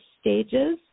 stages